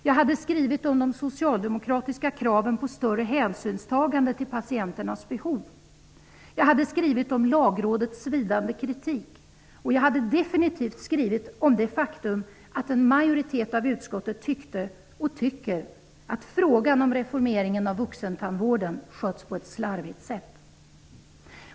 Jag hade skrivit om de socialdemokratiska kraven på större hänsynstagande till patienternas behov. Jag hade skrivit om Lagrådets svidande kritik, och jag hade definitivt skrivit om det faktum att en majoritet av utskottet tyckte, och tycker, att frågan om reformeringen av vuxentandvården hittills skötts på ett slarvigt sätt.